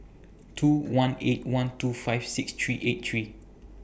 two one eight one two five six three eight three